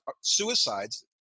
suicides